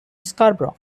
scarborough